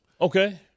Okay